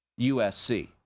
USC